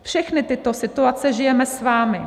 Všechny tyto situace žijeme s vámi.